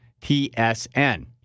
TSN